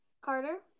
Carter